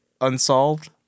Unsolved